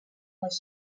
les